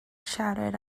shouted